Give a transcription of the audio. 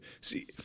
See